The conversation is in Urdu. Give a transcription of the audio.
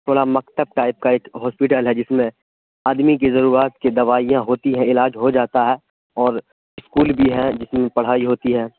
تھوڑا مکتب ٹائپ کا ایک ہاسپیٹل ہے جس میں آدمی کی ضرورت کی دوائیاں ہوتی ہیں علاج ہو جاتا ہے اور اسکول بھی ہیں جس میں پڑھائی ہوتی ہیں